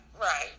right